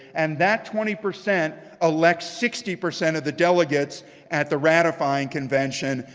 and that twenty percent elects sixty percent of the delegates at the ratifying convention,